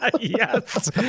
Yes